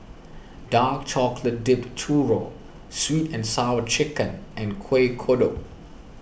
Dark Chocolate Dipped Churro Sweet and Sour Chicken and Kuih Kodok